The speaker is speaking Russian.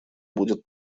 будет